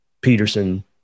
Peterson